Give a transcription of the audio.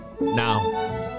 now